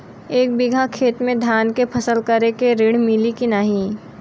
एक बिघा खेत मे धान के फसल करे के ऋण मिली की नाही?